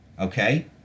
okay